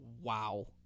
Wow